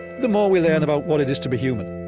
the more we learn about what it is to be human